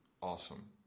Awesome